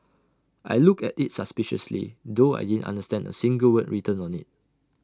I looked at IT suspiciously though I didn't understand A single word written on IT